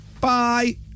Bye